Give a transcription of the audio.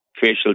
facial